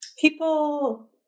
people